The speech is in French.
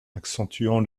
accentuant